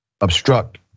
obstruct